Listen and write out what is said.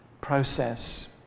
process